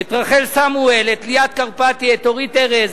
את רחל סמואל, את ליאת קרפטי, את אורית ארז,